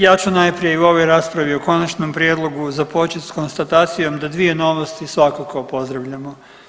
Ja ću najprije i u ovoj raspravi o konačnom prijedlogu započet sa konstatacijom da dvije novosti svakako pozdravljamo.